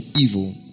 evil